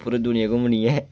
पूरी दुनिया घूमनी ऐ